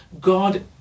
god